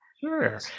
Sure